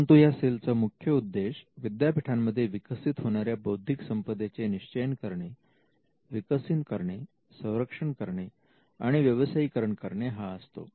परंतु या सेलचा मुख्य उद्देश विद्यापीठांमध्ये विकसित होणाऱ्या बौद्धिक संपदेचे निश्चयन करणे विकसन करणे संरक्षण करणे आणि व्यवसायीकरण करणे हा असतो